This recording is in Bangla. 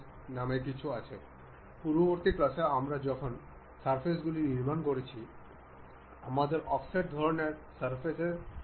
মনে রাখবেন যে এই দুটির মধ্যে আমরা যে একমাত্র সম্পর্ক তৈরি করেছি তা হল ট্যাংগেন্ট সম্পর্ক